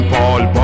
Paul